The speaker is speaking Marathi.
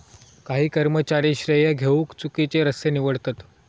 काही कर्मचारी श्रेय घेउक चुकिचे रस्ते निवडतत